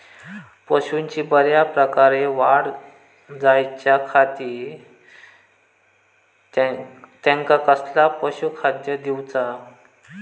पशूंची बऱ्या प्रकारे वाढ जायच्या खाती त्यांका कसला पशुखाद्य दिऊचा?